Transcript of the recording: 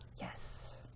Yes